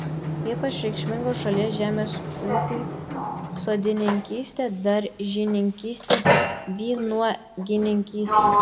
ypač reikšmingos šalies žemės ūkiui sodininkystė daržininkystė vynuogininkystė